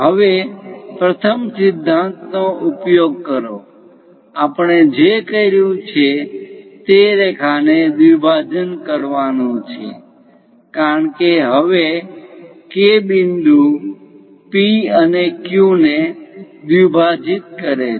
હવે પ્રથમ સિદ્ધાંત નો ઉપયોગ કરો આપણે જે કર્યું છે તે રેખાને દ્વિભાજન કરવાનું છે કારણ કે હવે K બિંદુ P અને Q ને દ્વિભાજિત કરે છે